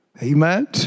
Amen